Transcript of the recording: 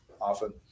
often